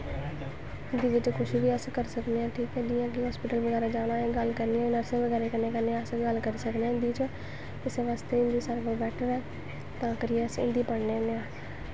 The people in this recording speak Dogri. हिन्दी बिच्च इस कुछ बी अस करी सकने आं ठीक ऐ जियां कि हस्पिटल बगैरा जाना होऐ गल्ल करनी होऐ नर्सें बगैरा कन्नै बी अस गल्ल करी सकने आं हिन्दी च इस बास्तै हिंदी सारें कोला बैट्टर ऐ तां करियै अस हिन्दी पढ़ने होन्ने आं